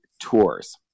tours